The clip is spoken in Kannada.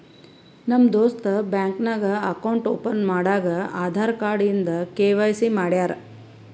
ನಮ್ ದೋಸ್ತ ಬ್ಯಾಂಕ್ ನಾಗ್ ಅಕೌಂಟ್ ಓಪನ್ ಮಾಡಾಗ್ ಆಧಾರ್ ಕಾರ್ಡ್ ಇಂದ ಕೆ.ವೈ.ಸಿ ಮಾಡ್ಯಾರ್